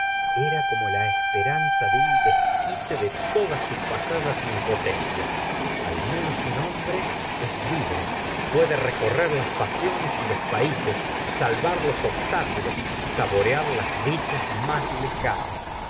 era como la esperanza de un desquite de todas sus pasadas impotencias al menos un hombre es libre puede recorrer las pasiones y los países salvar los obstáculos saborear las dichas